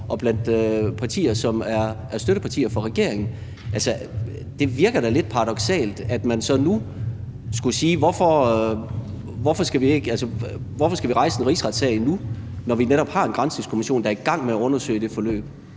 og partier, som er støttepartier for regeringen. Altså, det virker da lidt paradoksalt, og man kunne så sige: Hvorfor skal vi rejse en rigsretssag nu, når vi netop har en granskningskommission, der er i gang med at undersøge det forløb?